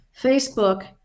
Facebook